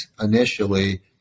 initially